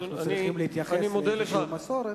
אנחנו צריכים להתייחס לאיזושהי מסורת,